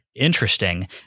interesting